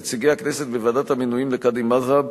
נציגי הכנסת בוועדת המינויים לקאדים מד'הב